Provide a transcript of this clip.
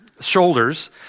shoulders